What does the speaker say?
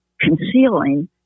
concealing